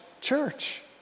church